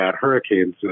hurricanes